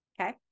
Okay